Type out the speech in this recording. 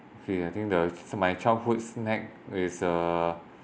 okay I think the my childhood snack is uh